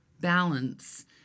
balance